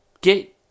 Get